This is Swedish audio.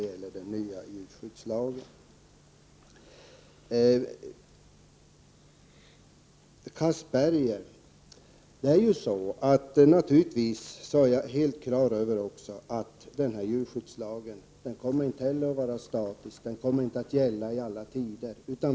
Till Anders Castberger vill jag säga att jag naturligtvis är på det klara med att denna djurskyddslag inte kommer att vara statisk. Den kommer inte att gälla i alla tider.